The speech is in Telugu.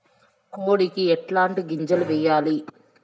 కోడికి ఎట్లాంటి గింజలు వేయాలి?